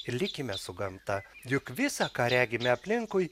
ir likime su gamta juk visa ką regime aplinkui